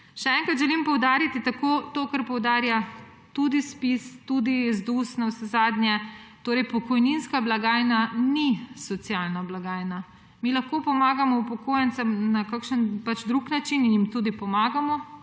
Še enkrat želim poudariti to, kar poudarja tudi Zpiz, navsezadnje tudi ZDUS: pokojninska blagajna ni socialna blagajna. Mi lahko pomagamo upokojencem na kakšen drug način – in jim tudi pomagamo